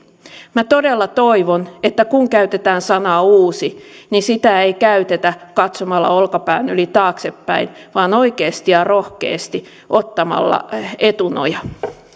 minä todella toivon että kun käytetään sanaa uusi niin sitä ei käytetä katsomalla olkapään yli taaksepäin vaan oikeasti ja rohkeasti ottamalla etunoja